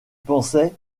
pensais